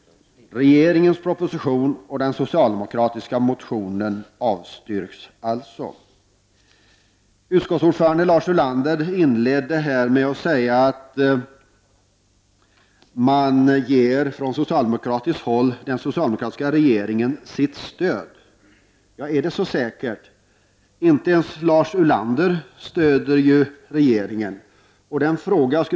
Regeringens proposition och den socialdemokratiska motionen avstyrks. Utskottets ordförande Lars Ulander inledde med att säga att man från socialdemokratiskt håll ger den socialdemokratiska regeringen stöd. Är det så säkert? Inte ens Lars Ulander stöder ju regeringen.